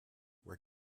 where